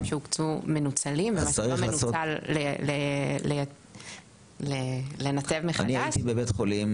שהוקצו מנוצלים וזה לא מנוצל לנתב מחדש- -- אני הייתי בבית חולים